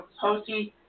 posting